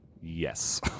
Yes